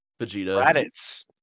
Vegeta